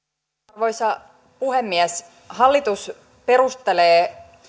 arvoisa puhemies hallitus perustelee